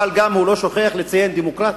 אבל הוא גם לא שוכח לציין: דמוקרטית.